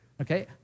okay